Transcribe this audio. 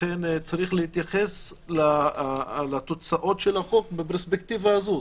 ולכן צריך להתייחס לתוצאות של החוק בפרספקטיבה הזאת.